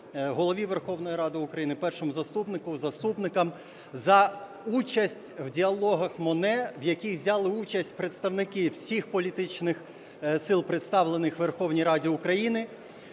Голові Верховної Ради України, Першому заступнику, заступникам за участь в Діалогах Моне, в яких взяли участь представники всіх політичних сил, представлених у Верховній Раді України.